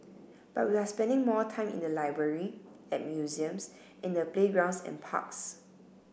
but we are spending more time in the library at museums in the playgrounds and parks